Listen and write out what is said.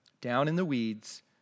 down-in-the-weeds